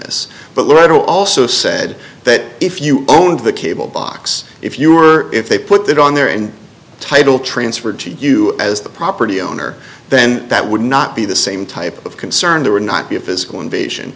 is but i'd also said that if you owned the cable box if you were if they put that on there in the title transferred to you as the property owner then that would not be the same type of concern there would not be a physical invasion